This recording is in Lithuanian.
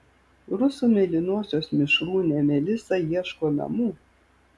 rusų mėlynosios mišrūnė melisa ieško namų